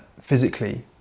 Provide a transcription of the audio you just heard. physically